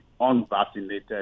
unvaccinated